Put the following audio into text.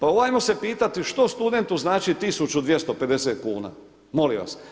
Ajmo se pitati što studentu znači 1.250 kuna, molim vas?